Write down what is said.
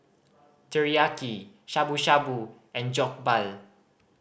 Teriyaki Shabu Shabu and Jokbal